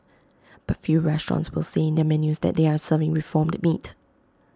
but few restaurants will say in their menus that they are serving reformed meat